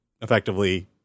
effectively